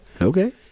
okay